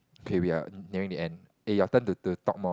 okay we're nearing the end eh your turn to to talk more